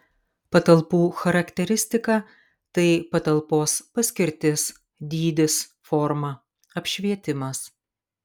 patalpų charakteristika tai patalpos paskirtis dydis forma apšvietimas